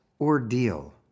ordeal